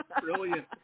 Brilliant